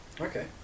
Okay